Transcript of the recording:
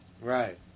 Right